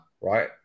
right